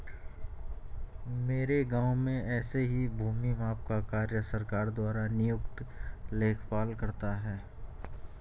मेरे गांव में ऐसे ही भूमि माप का कार्य सरकार द्वारा नियुक्त लेखपाल करता है